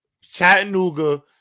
Chattanooga